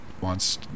wants